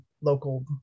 local